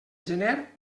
gener